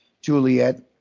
juliet